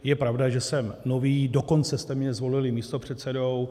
Je pravda, že jsem nový, dokonce jste mě zvolili místopředsedou.